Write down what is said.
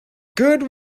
good